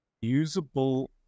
usable